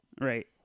Right